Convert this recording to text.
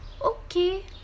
okay